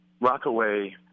Rockaway